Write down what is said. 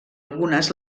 algunes